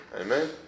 Amen